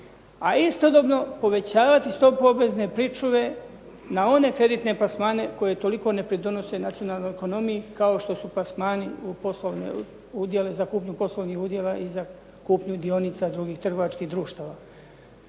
a istodobno povećavati stopu obvezne pričuve na one kreditne plasmane koji toliko ne pridonose nacionalnoj ekonomiji kao što su plasmani u poslovne udjele, za kupnju poslovnih udjela i za kupnju dionica drugih trgovačkih društava.